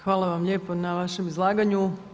Hvala vam lijepa na vašem izlaganju.